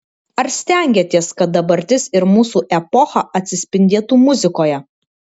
ar stengiatės kad dabartis ir mūsų epocha atsispindėtų muzikoje